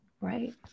right